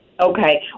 Okay